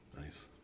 Nice